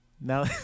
Now